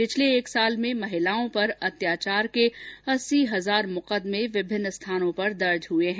पिछले एक साल में महिलाओं पर अत्याचार के अस्सी हजार मुकदमें विभिन्न स्थानों पर दर्ज हुए हैं